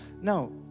No